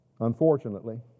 Unfortunately